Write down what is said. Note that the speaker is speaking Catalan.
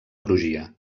crugia